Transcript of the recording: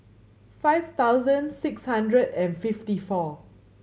five thousand six hundred and fifty four